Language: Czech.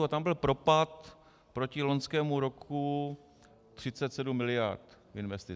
A tam byl propad proti loňskému roku 37 miliard investic.